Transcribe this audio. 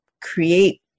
create